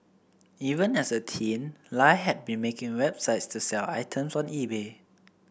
even as a teen Lie had been making websites to sell items on eBay